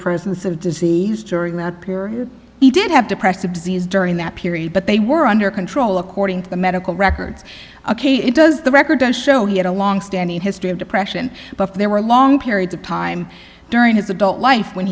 presence of disease during that period he did have depressive disease during that period but they were under control according to the medical records ok it does the record does show he had a longstanding history of depression but there were long periods of time during his adult life when